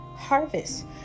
harvest